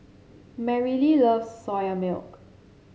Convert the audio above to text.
Merrily loves Soya Milk